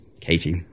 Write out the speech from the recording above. Katie